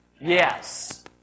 yes